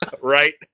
Right